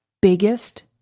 biggest